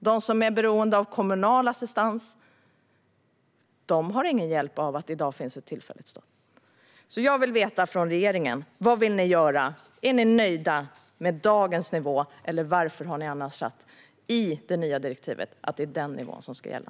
De som är beroende av kommunal assistans har ingen hjälp av att det i dag fanns ett tillfälligt stopp. Jag vill veta av regeringen: Vad vill ni göra? Är ni nöjda med dagens nivå? Varför har ni annars sagt i det nya direktivet att det är den nivån som ska gälla?